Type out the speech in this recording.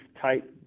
type